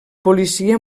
policia